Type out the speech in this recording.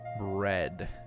red